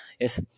Yes